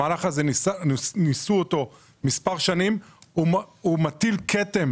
המהלך הזה, ניסו אותו מספר שנים, הוא מטיל כתם